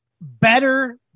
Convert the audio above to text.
better